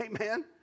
Amen